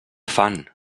fan